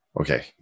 okay